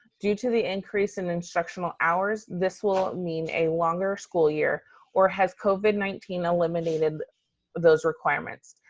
due to the increase in instructional hours, this will mean a longer school year or has covid nineteen eliminated those requirements?